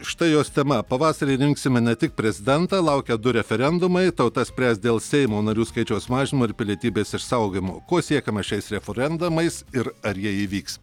štai jos tema pavasarį rinksime ne tik prezidentą laukia du referendumai tauta spręs dėl seimo narių skaičiaus mažinimo ir pilietybės išsaugojimo ko siekiama šiais reforendamais ir ar jie įvyks